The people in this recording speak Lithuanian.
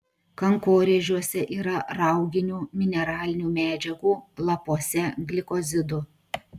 kankorėžiuose yra rauginių mineralinių medžiagų lapuose glikozidų